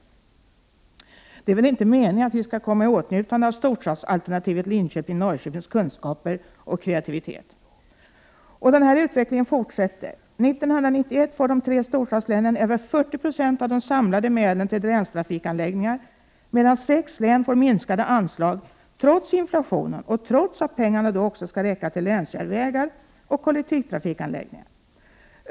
Men det är väl inte meningen att vi skall komma i åtnjutande av storstadsalternativet Linköping-Norrköpings kunskaper och kreativitet. Och den här utvecklingen fortsätter. År 1991 får de tre storstadslänen över 40 90 av de samlade medlen till länstrafikanläggningar, medan sex län får minskade anslag trots inflationen och trots att pengarna då också skall räcka till länsjärnvägar och kollektivtrafikanläggningar.